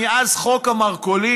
מאז חוק המרכולים,